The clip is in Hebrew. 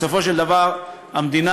בסופו של דבר המדינה,